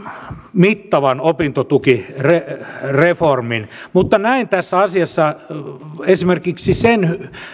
mittavan opintotukireformin mutta näen tässä asiassa esimerkiksi sen